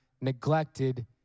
neglected